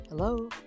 Hello